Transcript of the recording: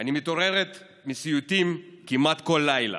אני מתעוררת מסיוטים כמעט כל לילה,